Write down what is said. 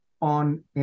On